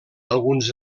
alguns